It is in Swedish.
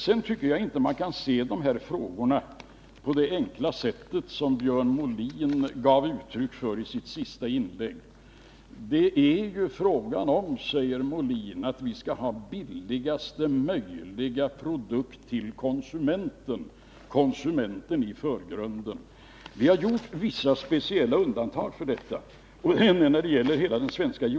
Sedan tycker jag inte att man kan se de här frågorna på det enkla sätt som 61 Björn Molin gav uttryck för i sitt senaste inlägg. Det är ju frågan om, säger Björn Molin, att vi skall bereda konsumenten tillgång till billigaste möjliga produkt, dvs. att man sätter konsumenten i förgrunden. Vi har gjort vissa speciella undantag från detta.